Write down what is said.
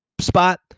spot